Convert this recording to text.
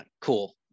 cool